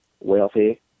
wealthy